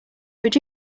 would